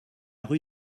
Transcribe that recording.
rue